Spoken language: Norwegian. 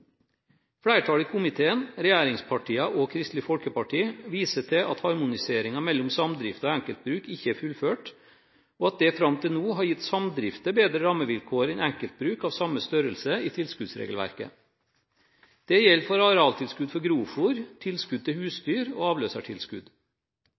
Flertallet i komiteen, regjeringspartiene og Kristelig Folkeparti, viser til at harmoniseringen av tilskudd mellom samdrifter og enkeltbruk ikke er fullført, og at det fram til nå har gitt samdrifter bedre rammevilkår enn enkeltbruk av samme størrelse i tilskuddsregelverket. Det gjelder for arealtilskudd for grovfôr, tilskudd til